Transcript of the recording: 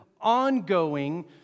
ongoing